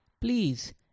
Please